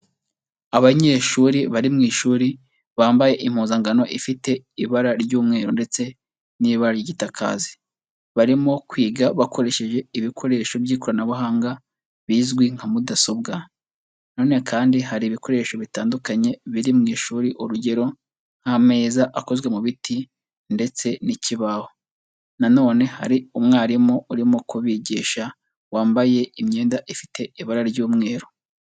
Abanyeshuri bari mu ishuri bambaye impuzangano ifite ibara ry'umweru ndetse n'ibara ry'igitakazi, barimo kwiga bakoresheje ibikoresho by'ikoranabuhanga bizwi nka mudasobwa. Na none kandi hari ibikoresho bitandukanye biri mu ishuri, urugero nk'ameza akozwe mu biti ndetse n'ikibaho. Na none hari umwarimu urimo kubigisha wambaye imyenda ifite ibara ry'umweru.